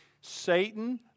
Satan